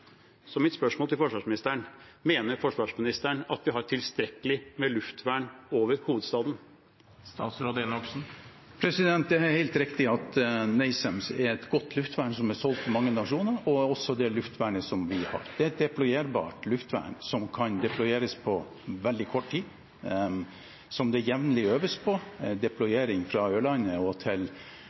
Så mitt spørsmål til forsvarsministeren er: Mener forsvarsministeren at vi har tilstrekkelig med luftvern over hovedstaden? Det er helt riktig at NASAMS er et godt luftvern som er solgt til mange nasjoner, og det er også det luftvernet som vi har. Det er et deployerbart luftvern som kan deployeres på veldig kort tid, som det jevnlig øves på – deployering fra Ørlandet og til